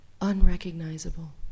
unrecognizable